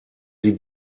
sie